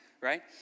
Right